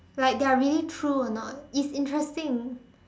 like they are really true or not it's interesting